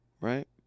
Right